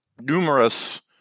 numerous